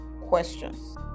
questions